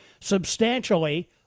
substantially